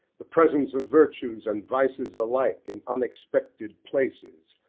the presence of virtues and vices alike in unexpected places,